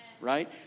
Right